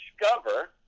discover